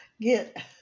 get